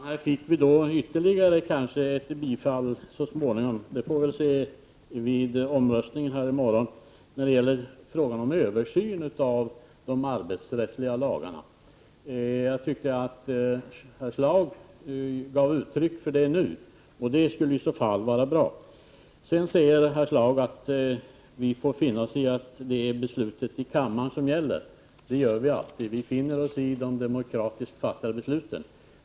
Herr talman! Här fick vi kanske möjlighet till ytterligare ett bifall så småningom när det gäller frågan om översyn av de arbetsrättsliga lagarna. Det får vi se vid omröstningen i morgon. Jag tyckte att herr Schlaug gav uttryck för det nu. Det skulle i så fall vara bra. Sedan säger herr Schlaug att vi får finna oss i att det är beslutet i kammaren som gäller. Det gör vi alltid. Vi finner oss i de demokratiskt fattade besluten.